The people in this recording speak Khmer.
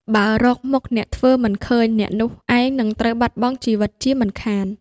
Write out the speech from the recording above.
បើរកមុខអ្នកធ្វើមិនឃើញ អ្នកនោះឯងនឹងត្រូវបាត់បង់ជីវិតជាមិនខាន ។